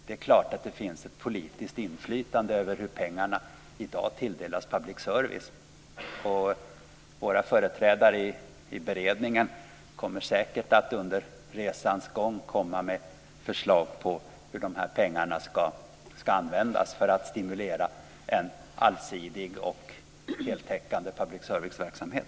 Det är klart att det finns ett politisk inflytande över hur pengarna i dag tilldelas public service, och våra företrädare i beredningen kommer säkert att under resans gång komma med förslag på hur pengarna ska användas för att stimulera en allsidig och heltäckande public service-verksamhet.